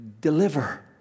deliver